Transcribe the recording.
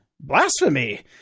Blasphemy